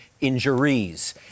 injuries